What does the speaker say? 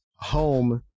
home